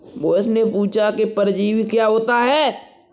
मोहित ने पूछा कि परजीवी क्या होता है?